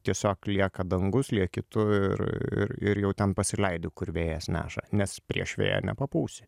tiesiog lieka dangus lieki tu ir ir ir jau ten pasileidi kur vėjas neša nes prieš vėją nepapūsi